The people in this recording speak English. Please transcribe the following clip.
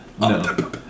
No